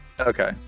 Okay